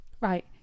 right